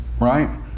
right